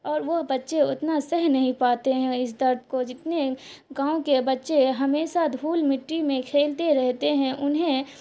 اور وہ بچے اتنا سہہ نہیں پاتے ہیں اس درد کو جتنے گاؤں کے بچے ہمیشہ دھول مٹی میں کھیلتے رہتے ہیں انہیں